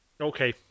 Okay